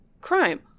crime